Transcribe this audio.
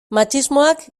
matxismoak